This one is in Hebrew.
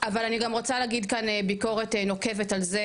אבל אני גם רוצה להגיד כאן ביקורת נוקבת על זה